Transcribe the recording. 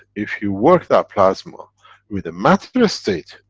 if you work that plasma with the matter-state,